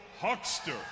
Huckster